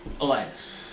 Elias